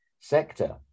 sector